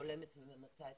שהולמת וממצה את